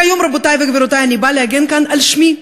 והיום, רבותי וגבירותי, אני באה להגן כאן על שמי.